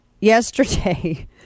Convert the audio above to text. yesterday